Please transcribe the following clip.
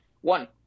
One